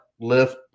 lift